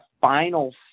final